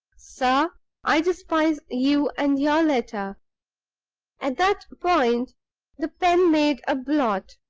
sir i despise you and your letter at that point the pen made a blot,